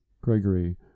Gregory